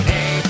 Hey